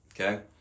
Okay